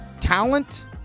Talent